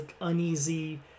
uneasy